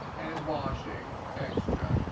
and washing extra